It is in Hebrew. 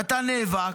ואתה נאבק.